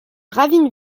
ravine